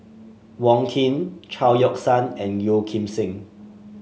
Wong Keen Chao Yoke San and Yeo Kim Seng